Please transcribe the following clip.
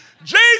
Jesus